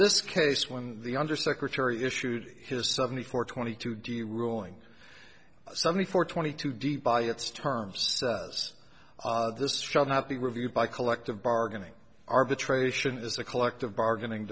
this case when the under secretary issued his seventy four twenty two do you ruling seventy four twenty two d by its terms as this trial not be reviewed by collective bargaining arbitration is a collective bargaining